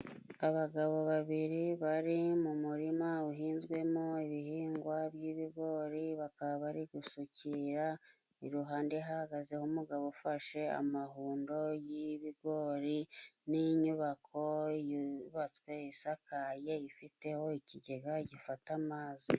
Abagabo babiri bari mu murima uhinzwemo ibihingwa by'ibigori, bakaba bari gusukira. Iruhande hahagazeho umugabo ufashe amahundo y'ibigori, n'inyubako yubatswe isakaye, ifiteho ikigega gifata amazi.